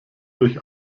durch